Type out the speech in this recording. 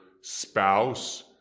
spouse